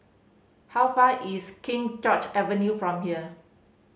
how far is King George Avenue from here